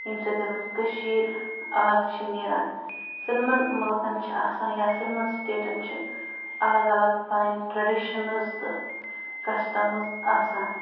ییٚمہِ سۭتۍ کٔشیٖر اَلگ چھِ نیران سٲلِمَن مُلکَن چھِ آسان یا سٲلِمَن سِٹیٹَن چھِ الگ الگ پَنٕٛںۍ ٹرڈِشَنز تہٕ کَسٹَمٕز آسان